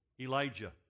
Elijah